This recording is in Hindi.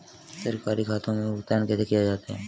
सरकारी खातों में भुगतान कैसे किया जाता है?